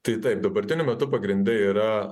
tai taip dabartiniu metu pagrinde yra